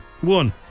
one